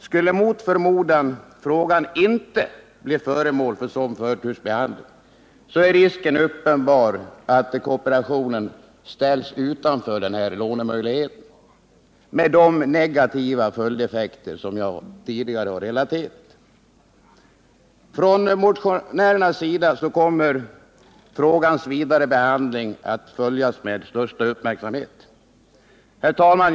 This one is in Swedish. Skulle mot förmodan frågan inte bli föremål för sådan förtursbehandling, är risken uppenbar att kooperationen ställs utanför denna lånemöjlighet med de negativa följdeffekter som jag tidigare relaterat. Från motionärernas sida kommer frågans vidare behandling att följas med största uppmärksamhet. Herr talman!